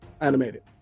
animated